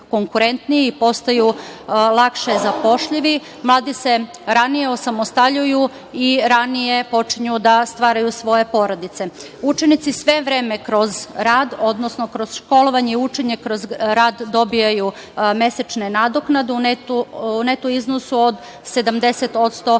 postaju lakše zapošljivi. Mladi se ranije osamostaljuju i ranije počinju da stvaraju svoje porodice. Učenici sve vreme kroz rad, odnosno kroz školovanje i učenje kroz rad dobijaju mesečnu nadoknadu u neto iznosu od 70%